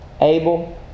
Abel